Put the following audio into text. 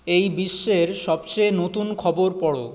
এই বিশ্বের সবচেয়ে নতুন খবর পড়ো